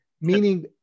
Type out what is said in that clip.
meaning